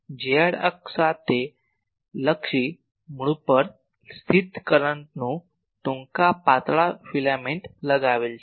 તેથી z અક્ષ સાથે લક્ષી મૂળ પર સ્થિત કરંટનું ટૂંકા પાતળા ફિલામેન્ટ લગાવેલ છે